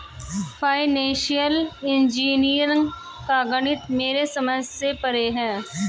financial engineering का गणित मेरे समझ से परे है